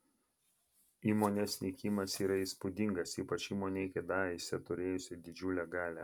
įmonės nykimas yra įspūdingas ypač įmonei kadaise turėjusiai didžiulę galią